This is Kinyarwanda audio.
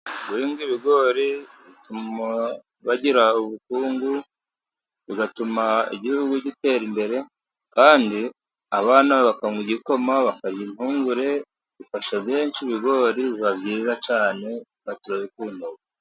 Guhinga ibigori bituma bagira ubukungu, bigatuma igihugu gitera imbere, kandi abana bawe bakaywa igikoma, bakarya impungure, bifasha benshi ibigori biba byiza cyane, turabikunda.